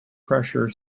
pressure